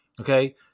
Okay